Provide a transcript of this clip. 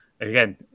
Again